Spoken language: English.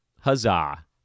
Huzzah